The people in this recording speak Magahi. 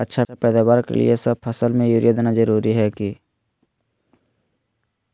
अच्छा पैदावार के लिए सब फसल में यूरिया देना जरुरी है की?